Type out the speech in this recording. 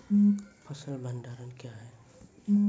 फसल भंडारण क्या हैं?